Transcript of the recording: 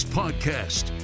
podcast